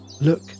Look